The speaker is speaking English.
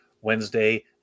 Wednesday